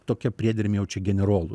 tokia priedermė jau čia generolų